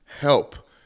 help